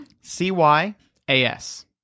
C-Y-A-S